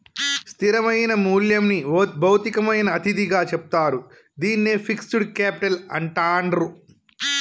స్థిరమైన మూల్యంని భౌతికమైన అతిథిగా చెప్తారు, దీన్నే ఫిక్స్డ్ కేపిటల్ అంటాండ్రు